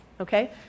Okay